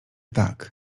tak